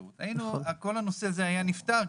כל הנושא הזה היה נפתר,